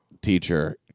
teacher